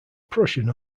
prussian